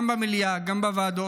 גם במליאה וגם בוועדות,